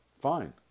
Fine